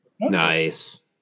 Nice